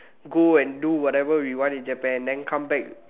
go and do whatever we want in Japan then come back